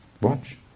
Watch